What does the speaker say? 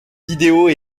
vidéos